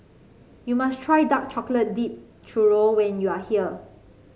you must try Dark Chocolate Dipped Churro when you are here